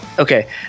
Okay